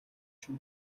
шүү